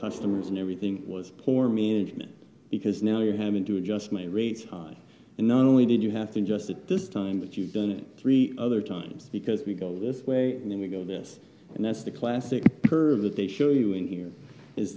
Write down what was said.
customers and everything was poor me because now you're having to adjust my rates and not only did you have to adjust it this time that you've done it three other times because we go this way and then we go this and that's the classic curve that they show you in here is